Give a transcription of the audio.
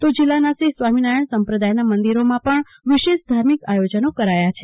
તો જિલ્લાના શ્રી સ્વામી નારાયણ મંદિરોમાં પણ વિશેષ ધાર્મિક આયોજનનો કરાયા છે